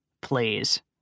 Please